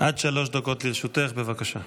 עד שלוש דקות לרשותך, בבקשה.